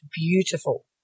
beautiful